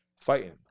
fighting